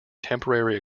temporary